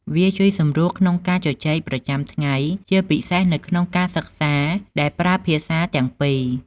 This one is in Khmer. វាជួយសម្រួលក្នុងការជជែកប្រចាំថ្ងៃ ជាពិសេសនៅក្នុងការសិក្សាដែលប្រើភាសាទាំងពីរ។